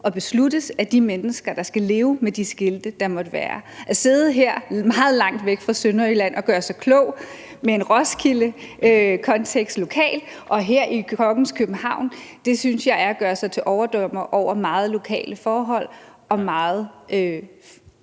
og besluttes af de mennesker, der skal leve med de skilte, der måtte være. At sidde meget langt væk fra Sønderjylland og gøre sig klog med Roskildekontekst lokalt og her i kongens København synes jeg er at gøre sig til overdommer over meget lokale forhold og meget,